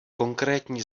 konkrétní